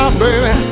baby